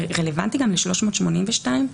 זה רלוונטי גם ל-382?